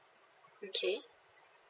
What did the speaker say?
okay